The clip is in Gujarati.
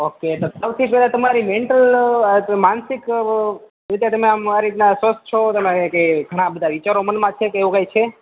ઓકે તો સૌથી પહેલાં તમારી મેન્ટલ માનસિક રીતે તમે આમ આ રીતના સ્વસ્થ છો તમે કે ઘણાં બધાં વિચારો મનમાં છે કે એવું કાઇ છે